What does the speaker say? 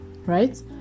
right